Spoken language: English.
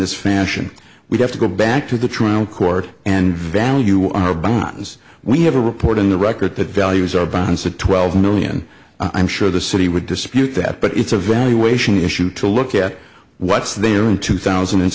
this fashion we'd have to go back to the trial court and value our bonds we have a report in the record that values our bonds to twelve million i'm sure the city would dispute that but it's a valuation issue to look at what's there in two thousand and